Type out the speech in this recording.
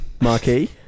Marquee